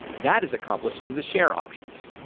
that is accomplished through the share options